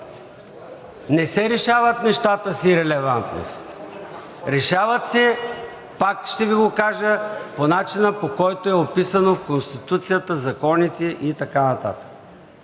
Не се решават нещата с ирелевантност, решават се, пак ще Ви го кажа, по начина, по който е описано в Конституцията, законите и така нататък.